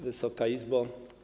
Wysoka Izbo!